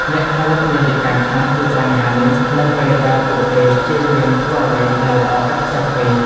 អ្នកផលិតមាតិកាខ្លះជួបបញ្ហានេះ នៅពេលដែលពួកគេព្យាយាមធ្វើអ្វីដែលល្អឥតខ្ចោះពេក។